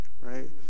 right